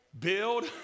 Build